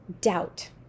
Doubt